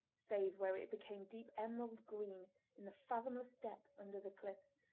save where it became deep emerald green in the fathomless depths under the cliffs,